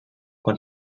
quan